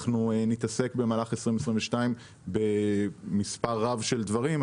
אנחנו נתעסק במהלך 2022 במספר רב של דברים,